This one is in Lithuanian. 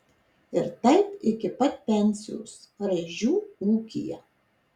ir taip iki pat pensijos raižių ūkyje